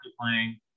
playing